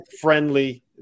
friendly